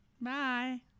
Bye